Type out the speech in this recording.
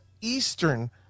Eastern